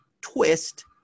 twist